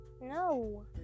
no